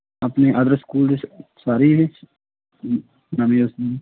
ਆਪਣੇ ਆਦਰਸ਼ ਸਕੂਲ ਸਾਰੇ